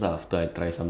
so it's like